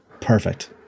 perfect